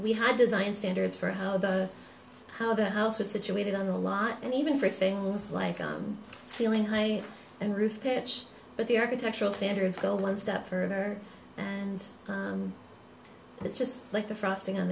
we had design standards for how the how the house was situated on the lot and even for things like ceiling height and roof pitch but the architectural standards go one step further and it's just like the frosting on